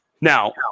Now